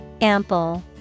Ample